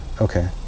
Okay